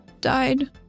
died